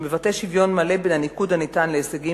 שמבטא שוויון מלא בין הניקוד הניתן להישגים